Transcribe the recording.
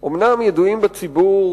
אומנם ידועים בציבור